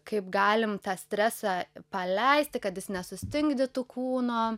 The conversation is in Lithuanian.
kaip galim tą stresą paleisti kad jis nesustingdytų kūno